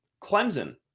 Clemson